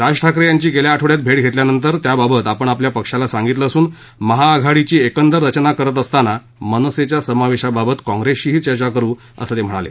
राज ठाकरे यांची गेल्या आठवड्यात भेट घेतल्यानंतर त्याबाबत आपण आपल्या पक्षाला सांगितलं असून महाआघाडीची एकंदर रचना करत असताना मनसेच्या समावेशाबाबत काँग्रेसशीही चर्चा करु असं ते म्हणाले